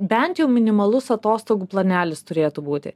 bent jau minimalus atostogų planelis turėtų būti